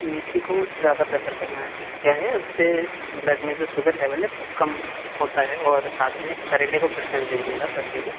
मेथी को ज़्यादा प्रेफ़र करना है क्या है उससे ब्लड में जो शुगर लेवल है वो कम होता है और साथ में करेले काे प्रेफ़रेंस दीजिएगा सब्जी में